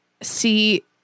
see